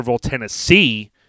Tennessee